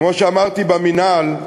כמו שאמרתי במינהל,